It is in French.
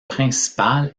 principal